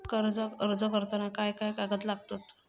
कर्जाक अर्ज करताना काय काय कागद लागतत?